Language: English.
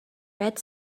red